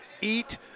eat